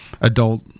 adult